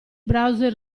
browser